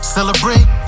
Celebrate